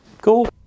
cool